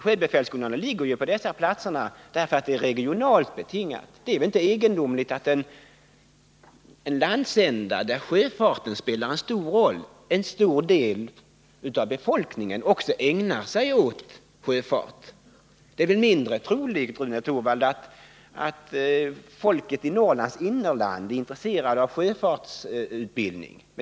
Sjöbefälsskolorna ligger ju på dessa platser därför att utbildningen är regionalt betingad. Det är väl inte egendomligt att i en landsända där sjöfarten spelar stor roll en stor del av befolkningen också ägnar sig åt sjöfarten. Det är väl mindre troligt, Rune Torwald, att folket i Norrlands inland är intresserat av sjöfartsutbildning.